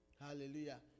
Hallelujah